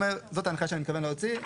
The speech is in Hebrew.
אומר שזאת ההנחיה שהוא מתכוון להוציא,